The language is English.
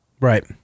Right